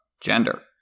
gender